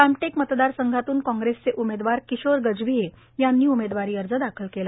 रामटेक मतदार संघातून कांग्रेसचे उमेदवार किशोर गजभिये यांनी उमेदवारी अर्ज दाखल केला